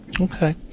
okay